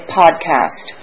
podcast